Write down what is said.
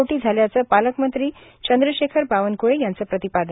कोटी झाल्याचं पालकमंत्री चंद्रशेखर बावनकुळे यांचं प्रतिपादन